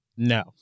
No